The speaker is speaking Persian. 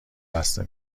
بسته